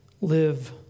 live